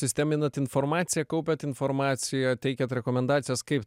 sisteminat informaciją kaupiat informaciją teikiat rekomendacijas kaip